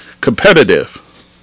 Competitive